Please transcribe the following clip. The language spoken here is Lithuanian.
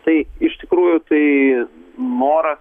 tai iš tikrųjų tai noras